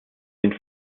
sind